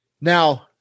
Now